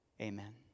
Amen